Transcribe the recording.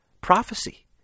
prophecy